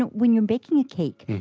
and when you're baking a cake,